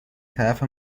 طرف